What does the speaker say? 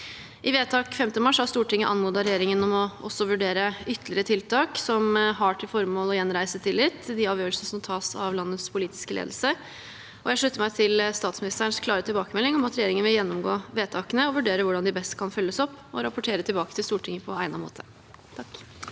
I vedtak 5. mars har Stortinget anmodet regjeringen om også å vurdere ytterligere tiltak som har til formål å gjenreise tillit til de avgjørelsene som tas av landets politiske ledelse. Jeg slutter meg til statsministerens klare tilbakemelding om at regjeringen vil gjennomgå vedtakene og vurdere hvordan de best kan følges opp, og rapportere tilbake til Stortinget på egnet måte.